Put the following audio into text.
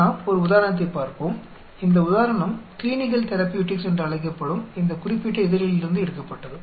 நாம் ஒரு உதாரணத்தைப் பார்ப்போம் இந்த உதாரணம் க்ளினிக்கள் தெரபியூட்டிக்ஸ் என்று அழைக்கப்படும் இந்த குறிப்பிட்ட இதழிலிருந்து எடுக்கப்பட்டது